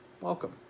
Welcome